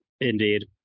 Indeed